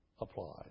applied